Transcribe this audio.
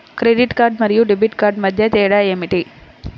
Credit card మరియు debit card మధ్య తేడా ఏమిటి?